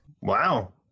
Wow